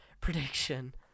prediction